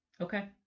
Okay